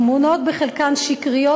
התמונות בחלקן שקריות,